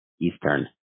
Eastern